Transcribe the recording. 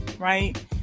right